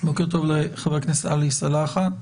בוקר טוב לחבר הכנסת עלי סלאלחה.